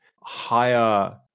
higher